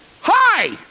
hi